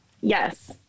Yes